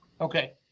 Okay